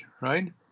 right